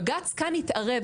בג"צ כאן התערב,